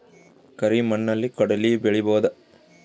ಕರಿ ಮಣ್ಣಲಿ ಕಡಲಿ ಬೆಳಿ ಬೋದ?